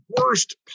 worst